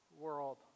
world